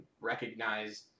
recognize